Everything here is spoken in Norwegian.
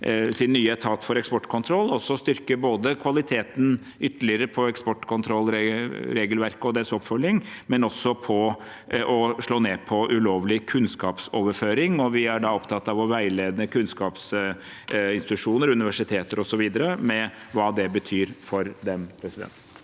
sin nye etat for eksportkontroll styrke kvaliteten ytterligere på eksportkontrollregelverket og oppfølgingen av det, men også på å slå ned på ulovlig kunnskapsoverføring. Vi er da opptatt av å veilede kunnskapsinstitusjoner, universiteter osv. om hva det betyr for dem. Presidenten